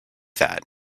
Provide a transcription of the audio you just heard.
that